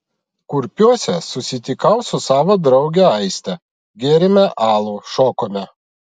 kurpiuose susitikau su savo drauge aiste gėrėme alų šokome